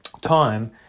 time